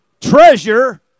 treasure